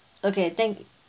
okay thank